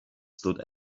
stood